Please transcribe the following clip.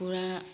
পূৰা